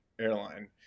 airline